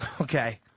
Okay